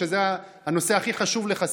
שזה הנושא הכי חשוב לך,